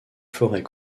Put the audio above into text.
forêts